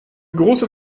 große